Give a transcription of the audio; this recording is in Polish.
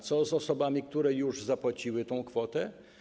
Co z osobami, które już zapłaciły tę kwotę?